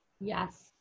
Yes